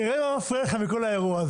תראה מה מפריע לכם בסיפור הזה